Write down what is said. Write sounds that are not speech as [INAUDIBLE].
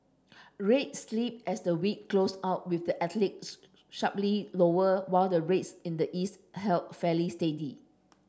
rates slipped as the week closed out with the Atlantic [UNINTELLIGIBLE] sharply lower while the rates in the east held fairly steady